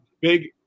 big